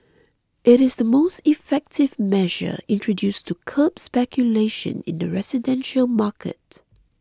it is the most effective measure introduced to curb speculation in the residential market